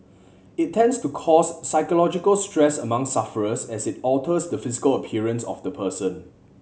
it tends to cause psychological stress among sufferers as it alters the physical appearance of the person